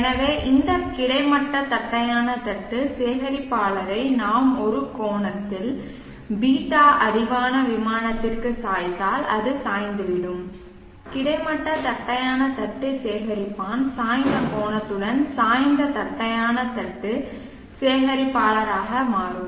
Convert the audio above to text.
எனவே இந்த கிடைமட்ட தட்டையான தட்டு சேகரிப்பாளரை நாம் ஒரு கோணத்தில் ß அடிவான விமானத்திற்கு சாய்த்தால் அது சாய்ந்துவிடும் கிடைமட்ட தட்டையான தட்டு சேகரிப்பான் சாய்ந்த கோணத்துடன் சாய்ந்த தட்டையான தட்டு சேகரிப்பாளராக மாறும்